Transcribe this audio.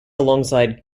alongside